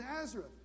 Nazareth